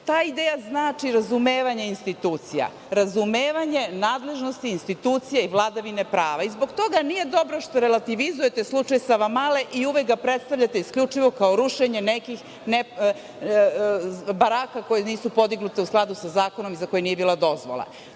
Ta ideja znači razumevanje institucija, razumevanje nadležnosti institucija i vladavine prava. Zbog toga nije dobro što relativizujete slučaj Savamale i uvek ga predstavljate isključivo kao rušenje nekih baraka koje nisu podignute u skladu sa zakonom i za koje nije bila dozvola.